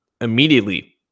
immediately